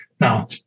Now